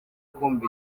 kumva